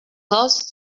dos